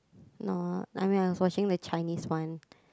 not I mean I was watching the Chinese one